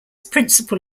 principle